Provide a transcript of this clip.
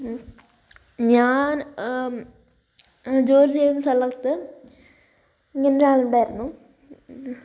ഞാൻ ജോലി ചെയ്യുന്ന സ്ഥലത്ത് ഇങ്ങനെ ഒരാളുണ്ടായിരുന്നു